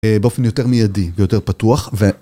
באופן יותר מיידי ויותר פתוח ו...